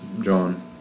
John